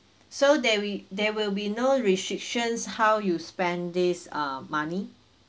so there wi~ there will be no restrictions how you spend this ah money